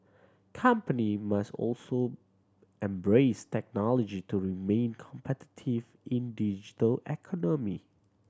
company must also embrace technology to remain competitive in digital economy